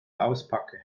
auspacke